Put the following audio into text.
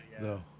No